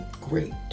great